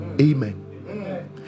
amen